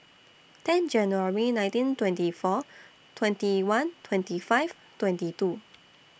ten January nineteen twenty four twenty one twenty five twenty two